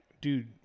dude